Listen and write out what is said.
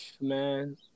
Man